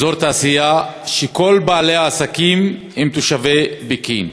אזור תעשייה שכל בעלי העסקים בו הם תושבי פקיעין.